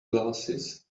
glasses